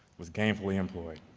was gainfully employed.